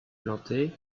plantées